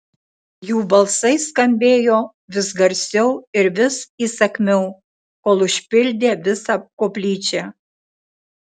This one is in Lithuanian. jų balsai skambėjo vis garsiau ir vis įsakmiau kol užpildė visą koplyčią